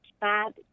bad